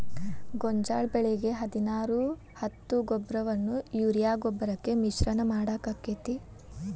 ಗೋಂಜಾಳ ಬೆಳಿಗೆ ಹದಿನಾರು ಹತ್ತು ಗೊಬ್ಬರವನ್ನು ಯೂರಿಯಾ ಗೊಬ್ಬರಕ್ಕೆ ಮಿಶ್ರಣ ಮಾಡಾಕ ಆಕ್ಕೆತಿ?